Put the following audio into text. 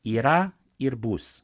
yra ir bus